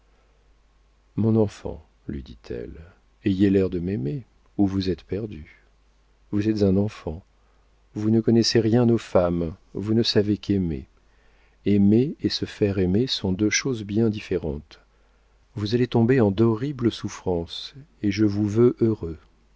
mon enfant lui dit-elle ayez l'air de m'aimer ou vous êtes perdu vous êtes un enfant vous ne connaissez rien aux femmes vous ne savez qu'aimer aimer et se faire aimer sont deux choses bien différentes vous allez tomber en d'horribles souffrances et je vous veux heureux